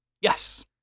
Yes